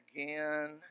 again